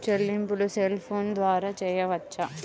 చెల్లింపులు cell phone ద్వారా చేయవచ్చా?